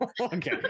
Okay